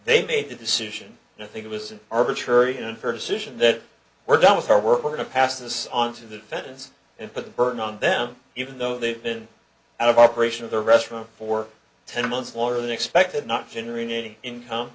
they made that decision and i think it was an arbitrary and her decision that we're done with her we're going to pass this on to the fence and put the burden on them even though they've been out of operation of the restaurant for ten months longer than expected not generating income